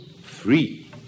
free